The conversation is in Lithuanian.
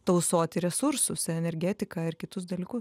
tausoti resursus energetiką ir kitus dalykus